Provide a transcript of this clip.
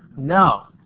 no.